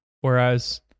whereas